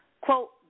Quote